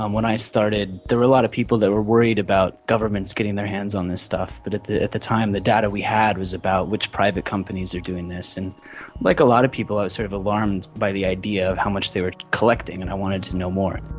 um when i started there were a lot of people that were worried about governments getting their hands on this stuff, but at the at the time the data we had was about which private companies are doing this. and like a lot of people i was sort of alarmed by the idea of how much they were collecting and i wanted to know more.